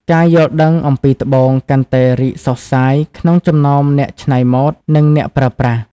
ការយល់ដឹងអំពីត្បូង កាន់តែរីកសុះសាយក្នុងចំណោមអ្នកច្នៃម៉ូដ និងអ្នកប្រើប្រាស់។